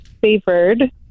favored